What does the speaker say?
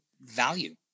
value